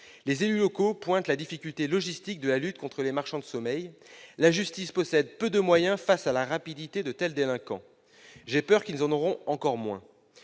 Les élus locaux pointent la difficulté logistique de la lutte contre les marchands de sommeil. La justice possède peu de moyens face à la rapidité de tels délinquants. J'ai peur qu'ils en aient encore moins